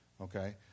okay